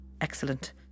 Excellent